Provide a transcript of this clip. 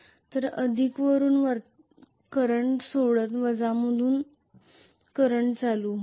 तर अधिक वरून करंट सोडत वजामधून करंट होईल